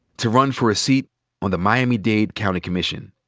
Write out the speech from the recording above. to run for a seat on the miami dade county commission.